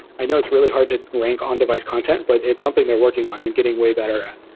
i know it's really hard to rank on device content, but it's something they're working on and getting way better at.